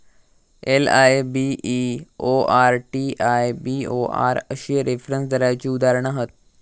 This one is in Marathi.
एल.आय.बी.ई.ओ.आर, टी.आय.बी.ओ.आर अश्ये रेफरन्स दराची उदाहरणा हत